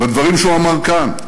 בדברים שהוא אמר כאן,